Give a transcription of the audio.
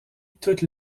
toutes